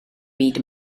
byd